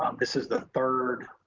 um this is the third